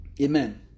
Amen